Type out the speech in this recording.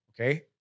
Okay